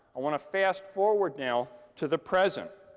i want to fast forward now to the present.